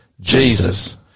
Jesus